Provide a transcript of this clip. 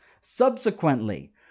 Subsequently